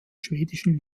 schwedischen